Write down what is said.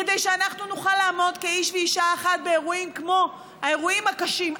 כדי שאנחנו נוכל לעמוד כאיש ואישה אחת באירועים כמו האירועים הקשים,